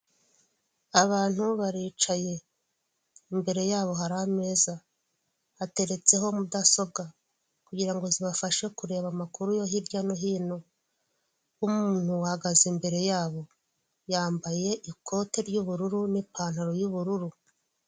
Ahantu hari habereye amatora abaturage bamwe bari kujya gutora abandi bari kuvayo ku marembo y'aho hantu hari habereye amatora hari hari banderore yanditseho repubulika y'u Rwanda komisiyo y'igihugu y'amatora, amatora y'abadepite ibihumbi bibiri na cumi n'umunani twitabire amatora duhitemo neza.